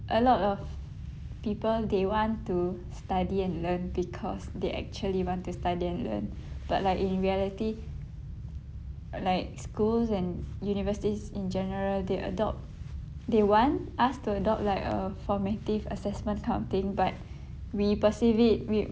a lot of people they want to study and learn because they actually want to study and learn but like in reality like schools and universities in general they adopt they want us to adopt like a formative assessment kind of thing but we perceive it we